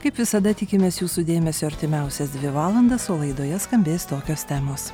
kaip visada tikimės jūsų dėmesio artimiausias dvi valandas o laidoje skambės tokios temos